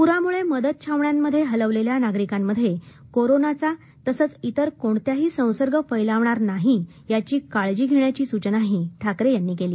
पुरामुळं मदत छावण्यांमध्ये हलवलेल्या नागरिकांमध्ये कोरोनाचा तसंच इतर कोणतेही संसर्ग फैलावणार नाही याची काळजी घेण्याची सूचनाही ठाकरे यांनी केली